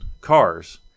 cars